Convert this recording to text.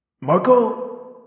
Marco